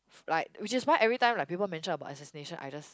like which is why every time like people mention about assassination I just